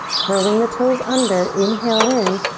curling the toes under. inhale in.